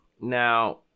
now